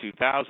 2000